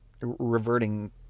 reverting